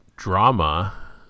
drama